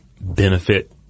benefit